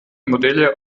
modelle